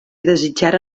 desitjara